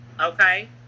Okay